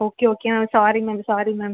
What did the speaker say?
okay okay ma'am sorry ma'am sorry ma'am